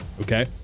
okay